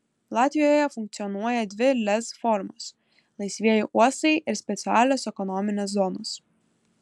latvijoje funkcionuoja dvi lez formos laisvieji uostai ir specialios ekonominės zonos